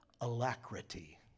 Alacrity